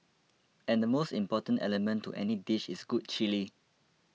and the most important element to any dish is good chilli